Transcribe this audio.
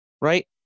Right